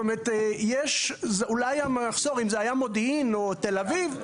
אם זה היה מודיעין או תל אביב,